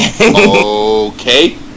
Okay